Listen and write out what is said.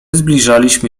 zbliżaliśmy